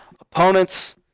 opponents